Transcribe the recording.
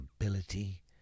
ability